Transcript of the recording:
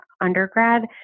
undergrad